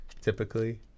typically